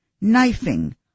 knifing